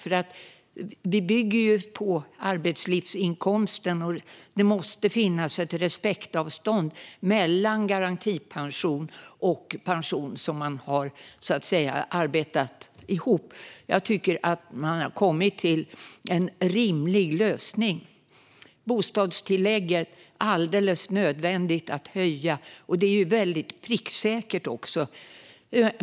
Pensionen bygger på arbetslivsinkomsten, och det måste finnas ett respektavstånd mellan garantipension och pension som man så att säga har arbetat ihop. Jag tycker att man har kommit fram till en rimlig lösning. Att höja bostadstillägget är alldeles nödvändigt. Det är också mycket pricksäkert.